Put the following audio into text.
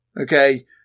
Okay